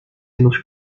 nos